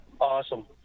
Awesome